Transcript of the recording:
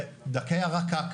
בדגי הרקק.